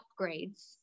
upgrades